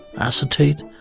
acetate,